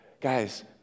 Guys